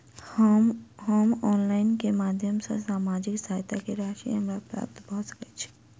हम ऑनलाइन केँ माध्यम सँ सामाजिक सहायता केँ राशि हमरा प्राप्त भऽ सकै छै?